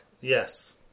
Yes